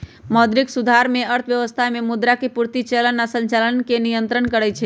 मौद्रिक सुधार में अर्थव्यवस्था में मुद्रा के पूर्ति, चलन आऽ संचालन के नियन्त्रण करइ छइ